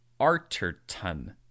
Arterton